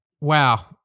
wow